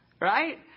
right